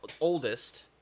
oldest